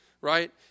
right